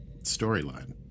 storyline